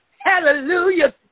hallelujah